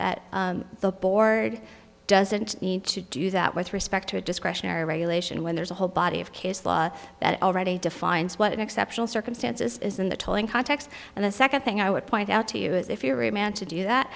that the board doesn't need to do that with respect to a discretionary regulation when there's a whole body of case law that already defines what in exceptional circumstances is in the telling context and the second thing i would point out to you is if you're a man to do that